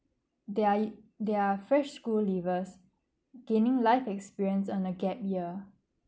their their fresh school leavers gaining life experience on a gap year